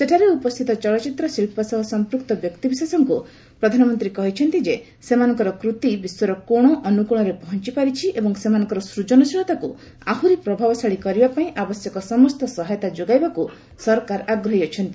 ସେଠାରେ ଉପସ୍ଥିତ ଚଳଚ୍ଚିତ୍ର ଶିଳ୍ପ ସହ ସଂପୃକ୍ତ ବ୍ୟକ୍ତିବିଶେଷଙ୍କୁ ପ୍ରଧାନମନ୍ତ୍ରୀ କହିଛନ୍ତି ଯେ ସେମାନଙ୍କର କୃତି ବିଶ୍ୱର କୋଣଅନୁକୋଣରେ ପହଞ୍ଚ୍ଚପାରିଛି ଏବଂ ସେମାନଙ୍କର ସୃଜନଶୀଳତାକୁ ଆହୁରି ପ୍ରଭାବଶାଳୀ କରିବା ପାଇଁ ଆବଶ୍ୟକ ସମସ୍ତ ସହାୟତା ଯୋଗାଇବାକୁ ସରକାର ଆଗ୍ରହୀ ଅଛନ୍ତି